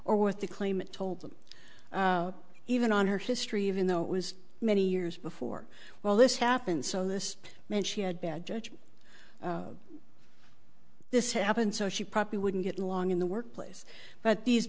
or with the claimant told them even on her history even though it was many years before well this happened so this meant she had bad judgment this happened so she probably wouldn't get long in the workplace but these